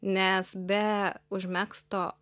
nes be užmegzto